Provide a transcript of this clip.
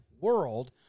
World